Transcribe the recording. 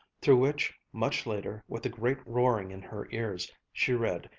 through which, much later, with a great roaring in her ears, she read,